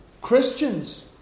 Christians